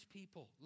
people